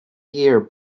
year